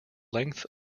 length